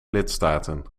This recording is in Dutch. lidstaten